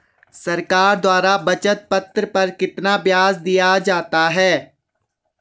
सरकार द्वारा बचत पत्र पर कितना ब्याज दिया जाता है?